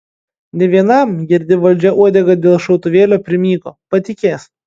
ne vienam girdi valdžia uodegą dėl šautuvėlio primygo patikės